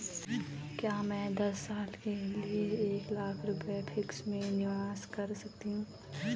क्या मैं दस साल के लिए एक लाख रुपये फिक्स में निवेश कर सकती हूँ?